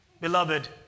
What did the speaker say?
Beloved